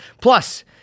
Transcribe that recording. Plus